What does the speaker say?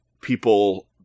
people